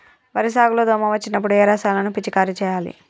వరి సాగు లో దోమ వచ్చినప్పుడు ఏ రసాయనాలు పిచికారీ చేయాలి?